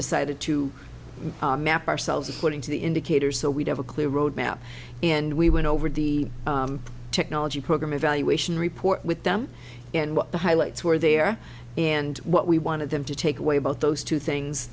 decided to map ourselves according to the indicators so we'd have a clear road map and we went over the technology program evaluation report with them and what the highlights were there and what we wanted them to take away about those two things